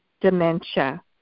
dementia